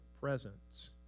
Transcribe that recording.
presence